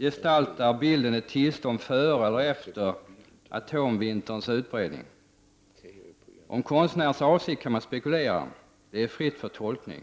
Gestaltar bilden ett tillstånd före eller efter atomvinterns utbredning? Man kan spekulera om kostnärens avsikt — det är fritt för tolkning.